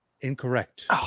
Incorrect